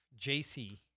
jc